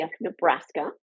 Nebraska